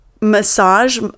massage